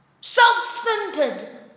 self-centered